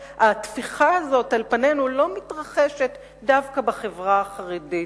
והטפיחה הזאת על פנינו לא מתרחשת דווקא בחברה החרדית,